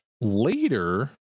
later